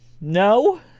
no